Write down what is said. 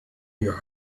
your